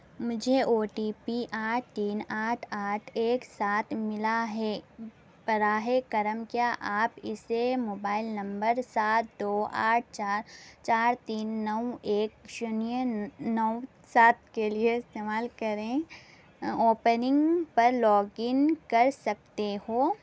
مجھے O T P آٹھ تین آٹھ آٹھ ایک سات ملا ہے براہ کرم کیا آپ اسے موبائل نمبر سات دو آٹھ چار چار تین نو ایک شونیہ نو سات کے لیے استعمال کریں اوپننگ پر لوگ ان کر سکتے ہو